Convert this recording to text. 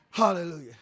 Hallelujah